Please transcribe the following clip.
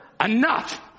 enough